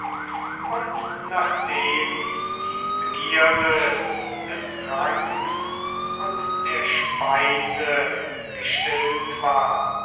und nachdem die begierde des tranks und der speise gestillt war